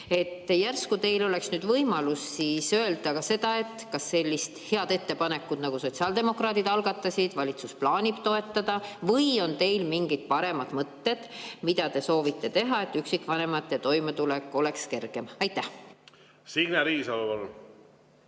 Järsku teil oleks nüüd võimalus siis öelda, kas sellist head ettepanekut, nagu sotsiaaldemokraadid algatasid, valitsus plaanib toetada? Või on teil mingid paremad mõtted, mida te soovite teha, et üksikvanemate toimetulek oleks kergem? Signe Riisalo,